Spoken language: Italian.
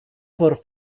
for